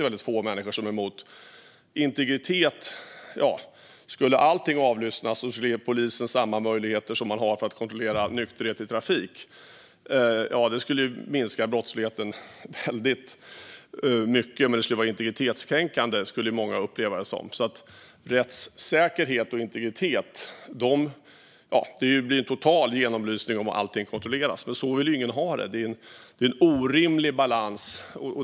Och apropå integritet: Om allting skulle avlyssnas och om polisen skulle ha samma kontrollmöjligheter som de har när det gäller nykterhet i trafiken skulle brottsligheten minskas väldigt, men många skulle uppleva det som integritetskränkande. Det blir en total genomlysning om allting kontrolleras, men så vill ju ingen ha det. Det är en orimlig balans.